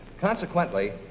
Consequently